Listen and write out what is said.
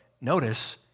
notice